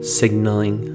signaling